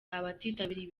abitabiriye